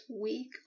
week